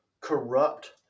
corrupt